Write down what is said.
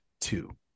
two